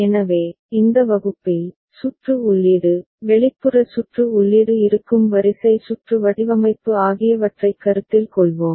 எனவே இந்த வகுப்பில் சுற்று உள்ளீடு வெளிப்புற சுற்று உள்ளீடு இருக்கும் வரிசை சுற்று வடிவமைப்பு ஆகியவற்றைக் கருத்தில் கொள்வோம்